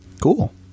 Cool